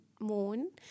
moon